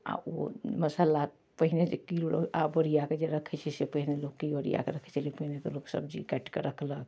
आओर ओ मसल्ला पहिने जे केओ आब ओरिआके जे रखै छै से पहिने लोक की ओरिआकऽ रखै छलै पहिने लोक सबजी काटिकऽ रखलक